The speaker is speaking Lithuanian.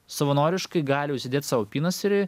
savanoriškai gali užsidėt sau apynasrį